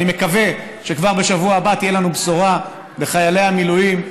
אני מקווה שכבר בשבוע הבא תהיה לנו בשורה לחיילי המילואים,